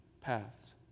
paths